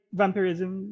vampirism